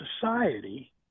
society